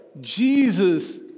Jesus